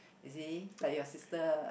is he like your sister